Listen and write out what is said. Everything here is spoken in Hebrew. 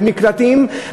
במקלטים.